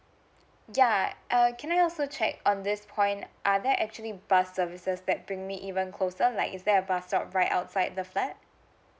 yeuh I I can I also check on this point are there actually bus services that bring me even closer like is there a bus stop right outside the flat